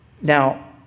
Now